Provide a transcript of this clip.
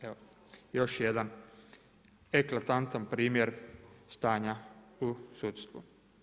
Evo, još jedan eklatantan primjer stanja u sudstvu.